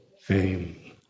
Fame